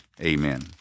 Amen